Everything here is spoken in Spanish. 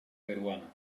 peruana